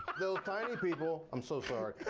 those tiny people. i'm so sorry.